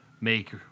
make